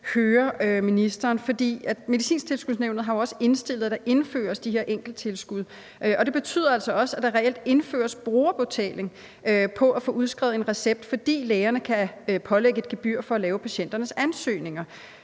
høre ministeren om noget. Medicintilskudsnævnet har jo også indstillet, at der indføres de her enkelttilskud, og det betyder altså også, at der reelt indføres brugerbetaling på at få udskrevet en recept, fordi lægerne kan pålægge et gebyr for at lave patienternes ansøgninger.